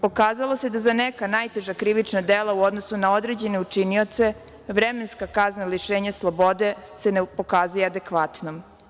Pokazalo se da za neka najteža krivična dela u odnosu na određene učinioce vremenska kazna lišenja slobode se ne pokazuje adekvatnom.